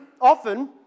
often